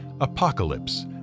apocalypse